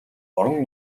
орон